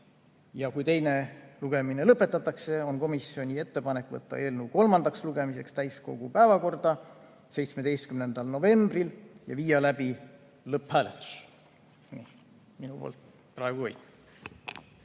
Kui teine lugemine lõpetatakse, on komisjonil ettepanek võtta eelnõu kolmandaks lugemiseks täiskogu päevakorda 17. novembriks ja viia läbi lõpphääletus. Minu poolt praegu kõik.